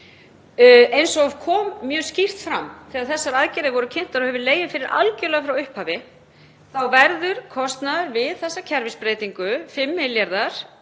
Eins og kom mjög skýrt fram þegar þessar aðgerðir voru kynntar og það hefur legið fyrir algerlega frá upphafi þá verður kostnaður við þessa kerfisbreytingu 5